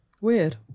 Weird